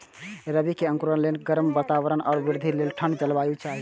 रबी के अंकुरण लेल गर्म वातावरण आ वृद्धि लेल ठंढ जलवायु चाही